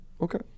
okay